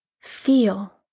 feel